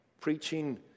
Preaching